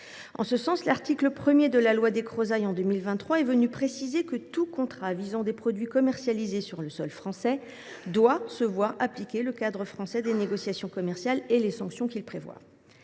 et distributeurs, dite loi Descrozaille, ou Égalim 3, est venu préciser que tout contrat visant des produits commercialisés sur le sol français doit se voir appliquer le cadre français des négociations commerciales et les sanctions qu’il prévoit.